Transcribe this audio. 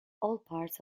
parts